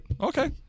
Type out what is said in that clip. okay